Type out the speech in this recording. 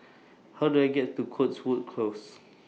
How Do I get to Cotswold Close